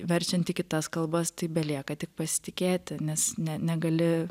verčiant į kitas kalbas tai belieka tik pasitikėti nes ne negali